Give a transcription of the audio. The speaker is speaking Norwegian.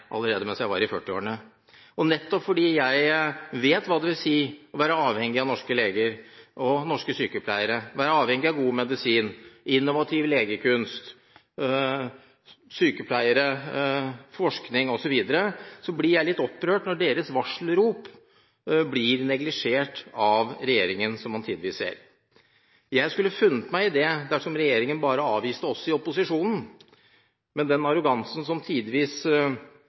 av norske leger og norske sykepleiere, være avhengig av god medisin, innovativ legekunst, forskning osv. blir jeg litt opprørt når deres varselrop blir neglisjert av regjeringen – som man tidvis ser. Jeg skulle funnet meg i det dersom regjeringen bare avviste oss i opposisjonen, men den arrogansen som tidvis